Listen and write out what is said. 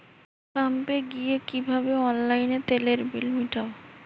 পাম্পে গিয়ে কিভাবে অনলাইনে তেলের বিল মিটাব?